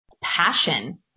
passion